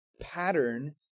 pattern